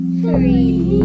three